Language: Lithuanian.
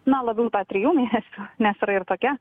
na labiau tą trijų mėnesių nes yra ir tokia